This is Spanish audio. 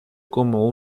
como